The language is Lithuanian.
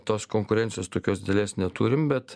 tos konkurencijos tokios didelės neturim bet